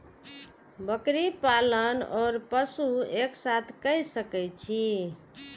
बकरी पालन ओर पशु एक साथ कई सके छी?